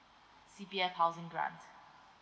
C_P_F housing grant